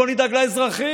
בואו נדאג לאזרחים,